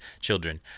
children